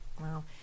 Wow